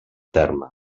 terme